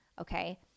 okay